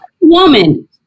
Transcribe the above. woman